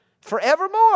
forevermore